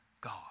God